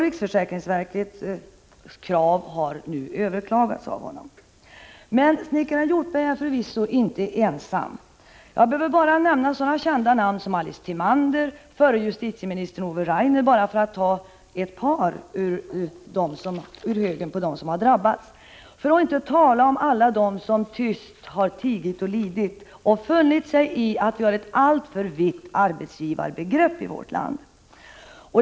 Riksförsäkringsverkets krav har nu överklagats av honom. Snickaren Hjortberg är förvisso inte ensam. Jag behöver bara nämna sådana kända namn som Alice Timander och förre justitieministern Ove Rainer, för att ta ett par exempel ur högen av dem som drabbats — för att inte tala om de många som tyst tigit och lidit och funnit sig i att vi har ett alltför vitt arbetsgivarbegrepp i vårt land.